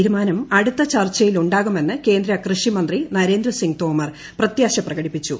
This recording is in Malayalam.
തീരുമാനം അടുത്ത ചർച്ചയിലുണ്ടാകുമെന്ന് കേന്ദ്ര കൃഷിമന്ത്രി നരേന്ദ്ര സിംഗ് തോമർ പ്രത്യാശ പ്രകടിപ്പിച്ചു